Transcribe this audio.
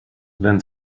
then